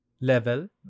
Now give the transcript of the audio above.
level